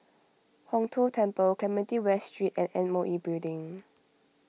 Hong Tho Temple Clementi West Street and M O E Building